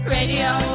Radio